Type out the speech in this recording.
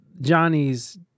Johnny's